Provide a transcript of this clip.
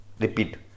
Repeat